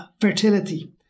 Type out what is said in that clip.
fertility